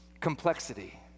complexity